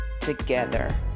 together